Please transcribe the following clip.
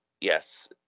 yes